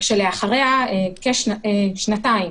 שנתיים